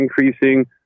increasing